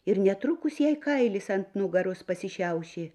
ir netrukus jai kailis ant nugaros pasišiaušė